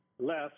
less